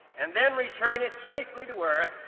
and then return it safely to earth,